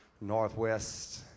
Northwest